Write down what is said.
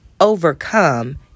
overcome